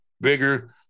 bigger